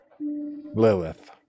Lilith